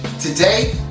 Today